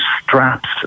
straps